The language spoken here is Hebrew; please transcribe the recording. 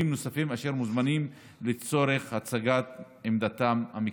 נוספים אשר מוזמנים לצורך הצגת עמדתם המקצועית.